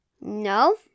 No